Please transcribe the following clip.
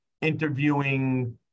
interviewing